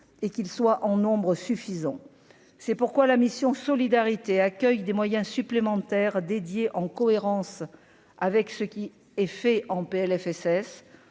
et qu'ils soient en nombre suffisant, c'est pourquoi la mission Solidarité accueil des moyens supplémentaires dédiés en cohérence avec ce qui est fait en PLFSS